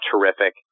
terrific